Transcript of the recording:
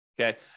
Okay